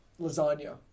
lasagna